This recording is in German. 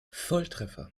volltreffer